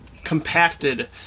compacted